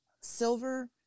silver